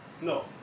No